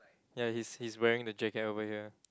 ya he's he's wearing the jacket over here